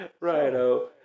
Righto